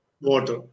Water